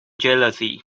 jealousy